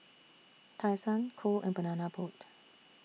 Tai Sun Cool and Banana Boat